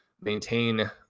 maintain